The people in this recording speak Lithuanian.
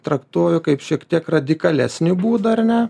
traktuoju kaip šiek tiek radikalesnį būdą ar ne